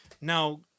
Now